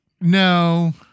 No